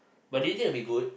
but do you think it will be good